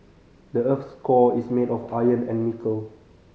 the earth's core is made of iron and nickel